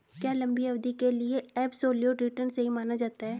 क्या लंबी अवधि के लिए एबसोल्यूट रिटर्न सही माना जाता है?